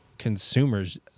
consumers